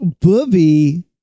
Booby